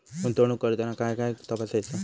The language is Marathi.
गुंतवणूक करताना काय काय तपासायच?